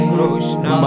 Krishna